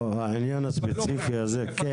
לא, העניין הספציפי הזה כן.